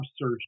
search